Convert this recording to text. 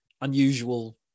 unusual